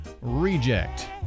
reject